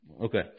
Okay